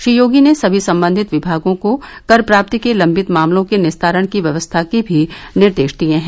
श्री योगी ने सभी सम्बन्धित विभागों को कर प्राप्ति के लम्बित मामलों के निस्तारण की व्यवस्था के भी निर्देश दिए हैं